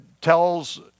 tells